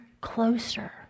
closer